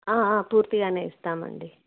పూర్తిగానే ఇస్తామండి